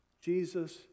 Jesus